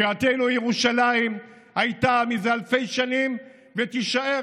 בירתנו ירושלים הייתה זה אלפי שנים ותישאר